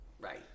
Right